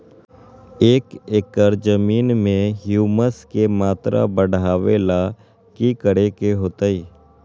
एक एकड़ जमीन में ह्यूमस के मात्रा बढ़ावे ला की करे के होतई?